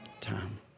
time